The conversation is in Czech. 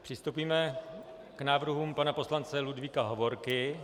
Přistoupíme k návrhům pana poslance Ludvíka Hovorky.